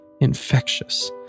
infectious